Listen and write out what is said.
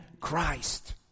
Christ